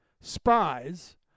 Spies